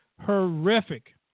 horrific